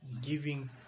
giving